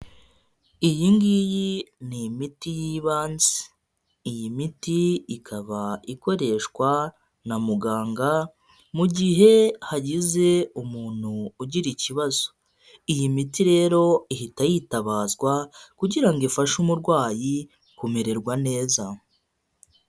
Iyi ngiyi ni imiti y'ibanze, iyi miti ikaba ikoreshwa na muganga mu gihe hagize umuntu ugira ikibazo, iyi miti rero ihita yitabazwa kugira ngo ifashe umurwayi kumererwa neza.